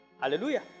Hallelujah